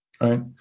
right